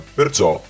Perciò